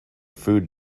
food